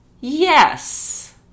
yes